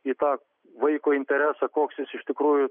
į tą vaiko interesą koks jis iš tikrųjų